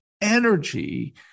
energy